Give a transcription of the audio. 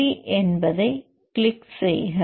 சரி என்பதைக் கிளிக் செய்க